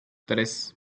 tres